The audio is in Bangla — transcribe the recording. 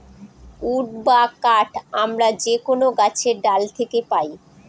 উড বা কাঠ আমরা যে কোনো গাছের ডাল থাকে পাই